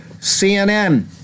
CNN